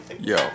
Yo